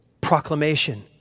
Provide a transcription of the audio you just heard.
proclamation